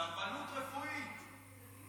סרבנות רפואית.